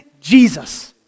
Jesus